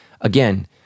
again